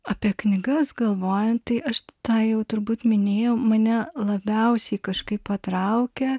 apie knygas galvojant tai aš tą jau turbūt minėjau mane labiausiai kažkaip patraukia